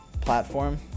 platform